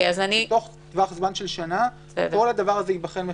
שבתוך טווח זמן של שנה כל הדבר הזה ייבחן מחדש.